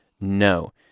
No